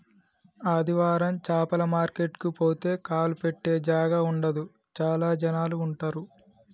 ఆదివారం చాపల మార్కెట్ కు పోతే కాలు పెట్టె జాగా ఉండదు చాల జనాలు ఉంటరు